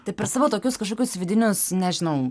tai per savo tokius kažkokius vidinius nežinau